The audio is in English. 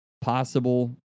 possible